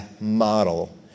model